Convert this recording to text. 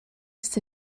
ist